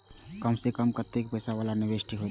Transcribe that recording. कम से कम कतेक पैसा वाला निवेश ठीक होते?